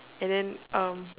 and um